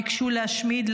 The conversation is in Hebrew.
ביקשו להשמיד,